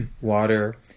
water